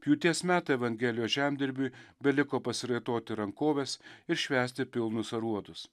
pjūties metai evangelijos žemdirbiui beliko pasiraitoti rankoves ir švęsti pilnus aruodus